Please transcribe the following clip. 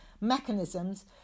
mechanisms